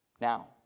now